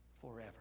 forever